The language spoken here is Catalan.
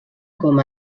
com